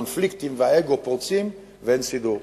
הקונפליקטים והאגו פורצים, ואין סידור.